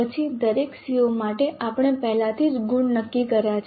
પછી દરેક CO માટે આપણે પહેલાથી જ ગુણ નક્કી કર્યા છે